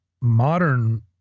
modern